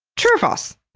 true or false?